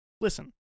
listen